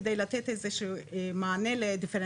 על מנת לתת איזה שהוא מענה לדיפרנציאליות